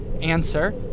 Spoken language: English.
answer